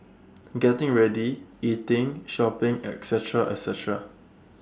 getting ready eating shopping etcetera etcetera